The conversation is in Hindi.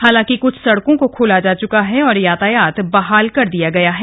हालांकि कुछ सड़कों को खोला जा चुका है और यातायात बहाल कर दिया गया है